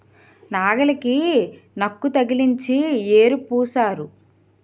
నాగలికి నక్కు తగిలించి యేరు పూశారు